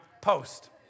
post